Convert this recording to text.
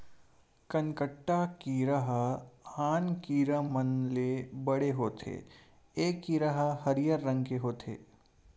कनकट्टा कीरा ह आन कीरा मन ले बड़े होथे ए कीरा ह हरियर रंग के होथे